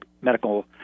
medical